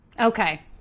Okay